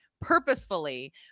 purposefully